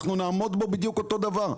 אנחנו נעמוד בו בדיוק אותו דבר.